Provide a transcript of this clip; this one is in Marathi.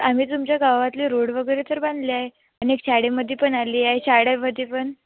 आम्ही तुमच्या गावातली रोड वगैरे तर बांधले आहे आणि शाळेमध्ये पण आली आहे शाळेमध्ये पण